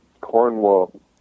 Cornwall